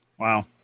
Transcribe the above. Wow